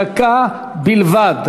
דקה בלבד.